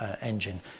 engine